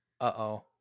uh-oh